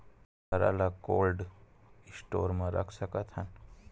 हरा ल cold store म रख सकथन?